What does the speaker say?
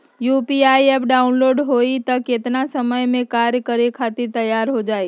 UPI app download होई त कितना समय मे कार्य करे खातीर तैयार हो जाई?